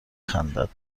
خندد